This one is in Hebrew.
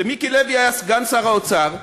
שמיקי לוי היה סגן שר האוצר מטעמה,